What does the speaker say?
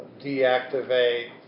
deactivate